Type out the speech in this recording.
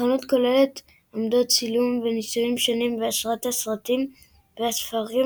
החנות כוללת עמדות צילום בנושאים שונים בהשראת הסרטים והספרים,